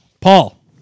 Paul